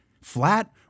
flat